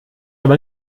aber